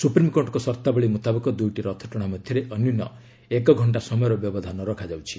ସୁପ୍ରିମକୋର୍ଟଙ୍କ ସର୍ତ୍ତାବଳୀ ମୁତାବକ ଦୁଇଟି ରଥଟଣା ମଧ୍ୟରେ ଅନ୍ୟୁନ ଏକ ଘଣ୍ଟା ସମୟ ବ୍ୟବଧାନ ରଖାଯାଉଛି